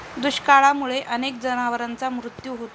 दुष्काळामुळे अनेक जनावरांचा मृत्यू होतो